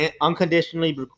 unconditionally